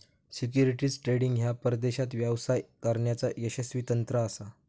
securities trading ह्या परदेशात व्यवसाय करण्याचा यशस्वी तंत्र असा